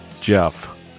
Jeff